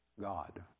God